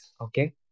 Okay